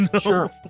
sure